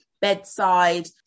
bedside